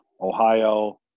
Ohio